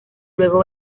luego